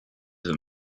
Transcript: him